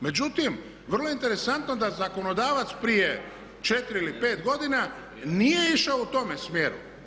Međutim, vrlo interesantno da zakonodavac prije 4 ili 5 godina nije išao u tome smjeru.